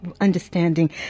understanding